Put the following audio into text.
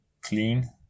clean